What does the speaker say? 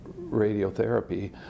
radiotherapy